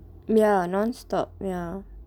ya non-stop ya